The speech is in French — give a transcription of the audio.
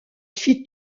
fit